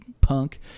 punk